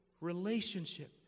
relationship